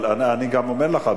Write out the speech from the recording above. אבל אני גם אומר לך,